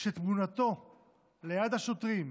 כשתמונתו ליד השוטרים,